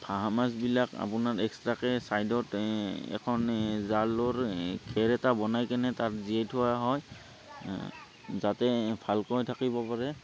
হাঁহ মাছবিলাক আপোনাৰ এক্সট্ৰাকৈ ছাইডত এই এখন এই জালৰ এই খেৰ এটা বনাই কেনে তাত জীয়াই থোৱা হয় যাতে ভালকৈ থাকিব পাৰে